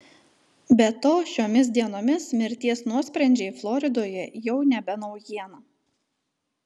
be to šiomis dienomis mirties nuosprendžiai floridoje jau nebe naujiena